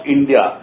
India